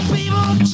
People